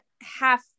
half